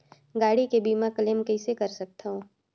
गाड़ी के बीमा क्लेम कइसे कर सकथव?